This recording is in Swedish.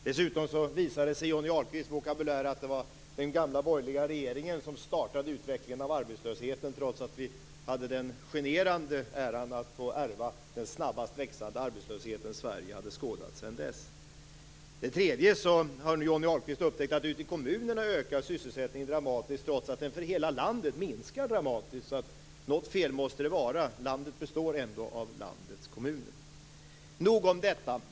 Dessutom visade det sig i Johnny Ahlqvists vokabulär att det var den gamla borgerliga regeringen som startade utvecklingen av arbetslösheten, trots att vi hade den generande äran att få ärva den snabbast växande arbetslösheten Sverige hade skådat. Nu har Johnny Ahlqvist upptäckt att ute i kommunerna ökar sysselsättningen dramatiskt, trots att den minskar dramatiskt i hela landet. Något fel måste det vara. Landet består ju av landets kommuner. Nog om detta.